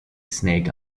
snake